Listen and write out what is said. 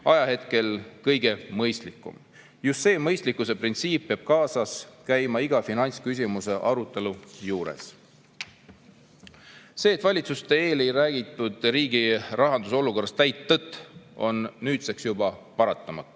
ajahetkel on kõige mõistlikum. Just see mõistlikkuse printsiip peab kaasas käima iga finantsküsimuse arutelu juures. See, et valitsuse [moodustamise] eel ei räägitud riigi rahanduse olukorrast täit tõtt, on nüüdseks juba paratamatu.